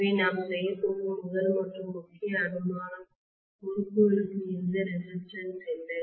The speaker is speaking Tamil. எனவே நாம் செய்யப்போகும் முதல் மற்றும் முக்கிய அனுமானம் முறுக்குகளுக்கு எந்த ரெசிஸ்டன்ஸ் இல்லை